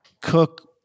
cook